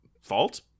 fault